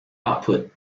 output